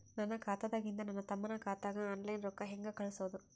ನನ್ನ ಖಾತಾದಾಗಿಂದ ನನ್ನ ತಮ್ಮನ ಖಾತಾಗ ಆನ್ಲೈನ್ ರೊಕ್ಕ ಹೇಂಗ ಕಳಸೋದು?